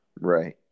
right